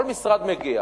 כל משרד מגיע